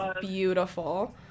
beautiful